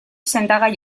sendagai